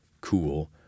cool